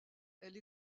elle